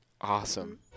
Awesome